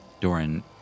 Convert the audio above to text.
Doran